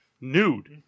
Nude